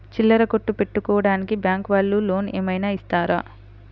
చిల్లర కొట్టు పెట్టుకోడానికి బ్యాంకు వాళ్ళు లోన్ ఏమైనా ఇస్తారా?